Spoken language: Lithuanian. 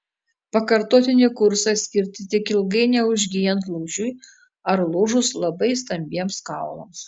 pakartotinį kursą skirti tik ilgai neužgyjant lūžiui ar lūžus labai stambiems kaulams